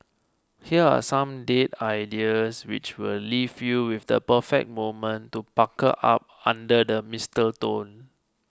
here are some date ideas which will leave you with the perfect moment to pucker up under the mistletoe